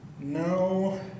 No